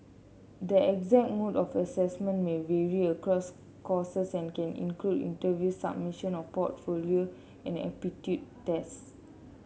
the exact mode of assessment may vary across courses and can include interviews submission of portfolio and aptitude test